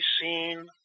seen